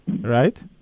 right